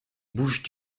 bouches